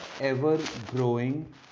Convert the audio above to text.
ever-growing